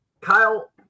Kyle